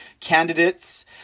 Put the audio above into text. candidates